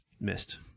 missed